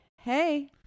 hey